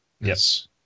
Yes